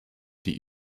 die